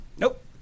Nope